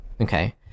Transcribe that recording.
okay